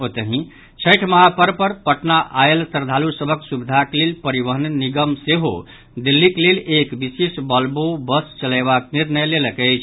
ओतहि छठि महापर्व पर पटना आयल श्रद्दालु सभक सुविधाक लेल परिवहन निगम सेहो दिल्लीक लेल एक विशेष वॉल्वो बस चलयबाक निर्णय लेलक अछि